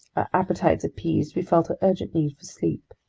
appetites appeased, we felt an urgent need for sleep.